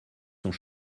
sont